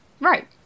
Right